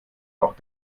auch